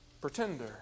pretender